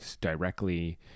directly